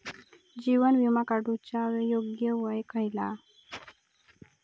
जीवन विमा काडूचा योग्य वय खयला?